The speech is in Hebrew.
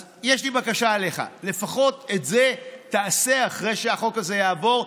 אז יש לי בקשה אליך: לפחות את זה תעשה אחרי שהחוק הזה יעבור.